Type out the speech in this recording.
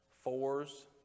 fours